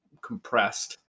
compressed